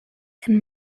and